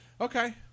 Okay